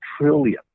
trillion